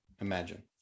imagine